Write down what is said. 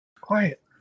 quiet